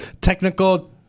Technical